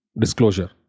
disclosure